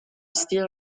still